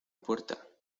puerta